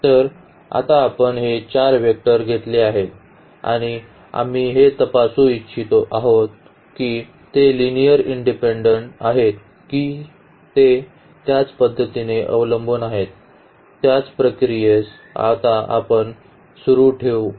तर आता आपण हे 4 वेक्टर घेतले आहेत आणि आम्ही हे तपासू इच्छित आहोत की ते लिनिअर्ली इंडिपेन्डेन्ट आहेत की ते त्याच पद्धतीने अवलंबून आहेत त्याच प्रक्रियेस आपण आता सुरू ठेवू